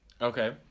Okay